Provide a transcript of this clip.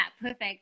perfect